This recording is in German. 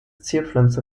zierpflanze